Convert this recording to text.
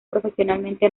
profesionalmente